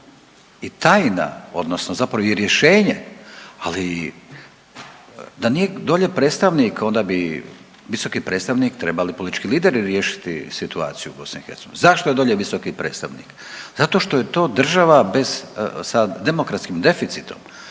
i tajna odnosno zapravo i rješenje. Ali da nije dolje predstavnika onda bi visoki predstavnik trebali politički lideri riješiti situaciju u BiH. Zašto je dolje visoki predstavnik? Zato što je to država bez sa demokratskim deficitom,